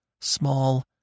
small